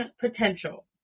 potential